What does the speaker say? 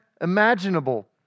imaginable